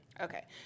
Okay